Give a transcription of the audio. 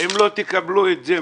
אם לא תקבלו את זה,